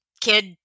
kid